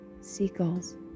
Seagulls